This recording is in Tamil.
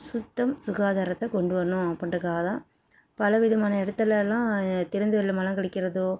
சுத்தம் சுகாதாரத்தை கொண்டு வரணும் அப்புடின்றக்காகதான் பலவிதமான இடத்துலலாம் திறந்த வெளியில் மலம் கழிக்கிறதோ